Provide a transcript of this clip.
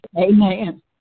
amen